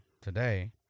today